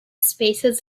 spaces